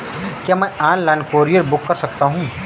क्या मैं online courier book कर सकता हूँ?